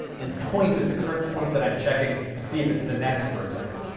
and point is the current point that i'm checking to see if it's the next vertex.